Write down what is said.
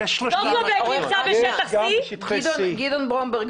זוגלובק נמצא בשטח C. יש גם בשטחי C. גדעון ברומברג,